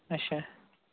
اچھا